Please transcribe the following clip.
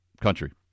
country